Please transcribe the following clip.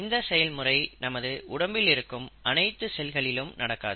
இந்த செயல்முறை நமது உடம்பில் இருக்கும் அனைத்து செல்களிலும் நடக்காது